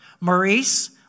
Maurice